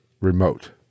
remote